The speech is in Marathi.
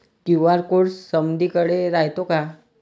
क्यू.आर कोड समदीकडे रायतो का?